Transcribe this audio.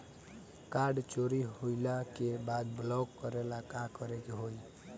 Card चोरी होइला के बाद ब्लॉक करेला का करे के होई?